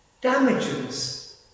damages